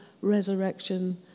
resurrection